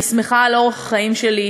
אני שמחה על אורח החיים שלי,